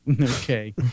Okay